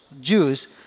Jews